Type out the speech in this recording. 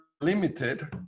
limited